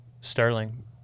sterling